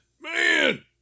Man